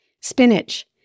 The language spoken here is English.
spinach